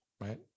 right